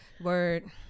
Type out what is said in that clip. Word